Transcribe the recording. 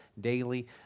daily